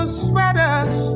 sweaters